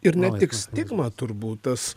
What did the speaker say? ir ne tik stigma turbūt tas